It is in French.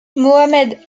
mohammed